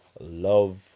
love